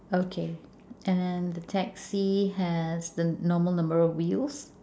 okay and then the taxi has the normal number of wheels